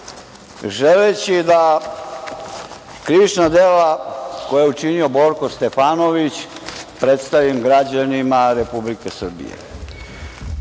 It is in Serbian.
želeći da krivična dela koja je učinio Borko Stefanović, predstavim građanima Republike Srbije.